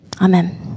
Amen